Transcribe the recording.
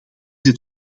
het